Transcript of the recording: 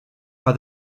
are